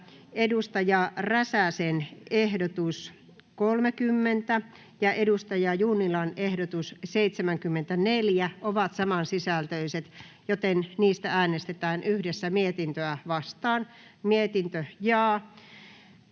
Päivi Räsäsen ehdotus 30 ja Vilhelm Junnilan ehdotus 74 ovat saman sisältöiset, joten niistä äänestetään yhdessä mietintöä vastaan. [Speech 13]